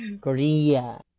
Korea